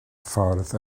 ffordd